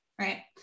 Right